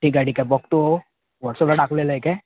ठीक आहे ठीक आहे बघतो व्हॉटसअपला टाकलेलं आहे काय